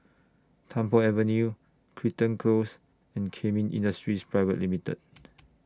Tung Po Avenue Crichton Close and Kemin Industries Private Limited